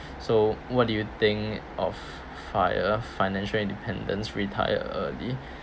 so what do you think of FIRE financial independence retire early